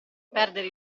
perdere